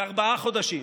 בארבעה חודשים,